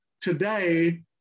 today